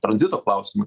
tranzito klausimą